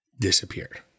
disappeared